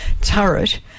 turret